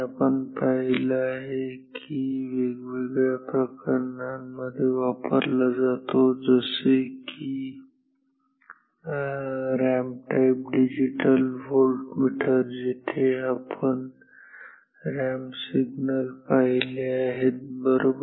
आपण पाहिलं आहे की हा वेगवेगळ्या प्रकरणांमध्ये वापरला जातो जसे की रॅम्प टाईप डिजिटल व्होल्टमीटर तिथे आपण रॅम्प सिग्नल पाहिले आहेत बरोबर